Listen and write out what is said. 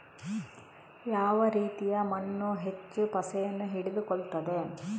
ಯಾವ ರೀತಿಯ ಮಣ್ಣು ಹೆಚ್ಚು ಪಸೆಯನ್ನು ಹಿಡಿದುಕೊಳ್ತದೆ?